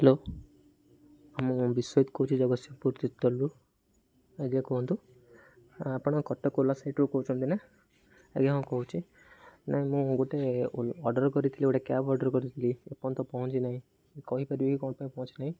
hello ହଁ ମୁଁ ବିଶ୍ଵଜିତ କହୁଛି ଜଗତସିଂହପୁର ତିର୍ତ୍ତୋଲରୁ ଆଜ୍ଞା କୁହନ୍ତୁ ଆପଣ କଟକ ଓଲା ସାଇଟ୍ରୁ କହୁଛନ୍ତି ନା ଆଜ୍ଞା ହଁ କହୁଛି ନାହିଁ ମୁଁ ଗୋଟେ ଅର୍ଡ଼ର୍ କରିଥିଲି ଗୋଟେ କ୍ୟାବ୍ ଅର୍ଡ଼ର୍ କରିଥିଲି ଏପର୍ଯ୍ୟନ୍ତ ତ ପହଞ୍ଚି ନାହିଁ କହିପାରିବି କ'ଣ ପାଇଁ ପହଞ୍ଚି ନାହିଁ